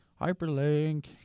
Hyperlink